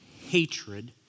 hatred